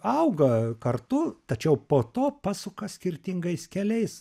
auga kartu tačiau po to pasuka skirtingais keliais